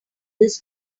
this